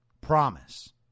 Promise